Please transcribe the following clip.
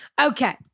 okay